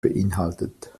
beinhaltet